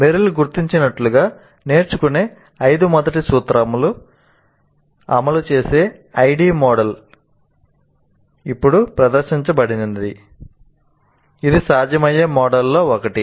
Merrill గుర్తించినట్లుగా నేర్చుకునే ఐదు మొదటి సూత్రాలను అమలు చేసే ID మోడల్ ఇప్పుడు ప్రదర్శించబడింది ఇది సాధ్యమయ్యే మోడళ్లలో ఒకటి